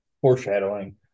Foreshadowing